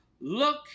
Look